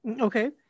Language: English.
okay